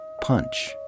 Punch